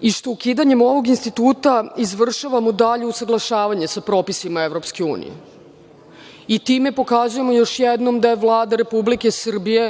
i što ukidanjem ovog instituta izvršavamo dalje usaglašavanje sa propisima EU i time pokazujemo još jednom da je Vlada Republike Srbije